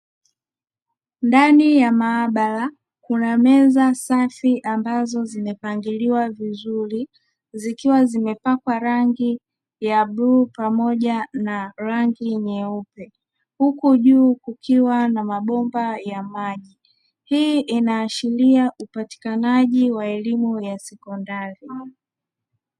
Ndani ya maabara kuna meza safi ambazo zimepangiliwa vizuri zikiwa zimepakwa rangi ya bluu pamoja na rangi nyeupe, huku juu kukiwa na mabomba ya maji; hii inaashiria upatikanaji wa elimu ya sekondari.